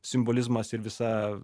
simbolizmas ir visa